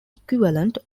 equivalent